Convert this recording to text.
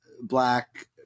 Black